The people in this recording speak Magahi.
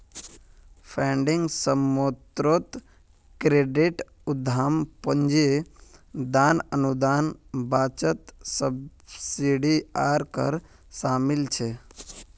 फंडिंग स्रोतोत क्रेडिट, उद्दाम पूंजी, दान, अनुदान, बचत, सब्सिडी आर कर शामिल छे